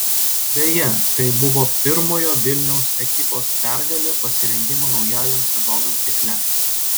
beje tai buvo pirmojo vilniaus ekipos pergalė pasirengimo naujajam sezonui cikle